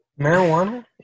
Marijuana